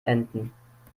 enten